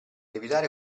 evitare